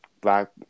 black